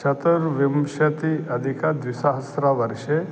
चतुर्विंशत्यधिकः द्विसहस्रवर्षे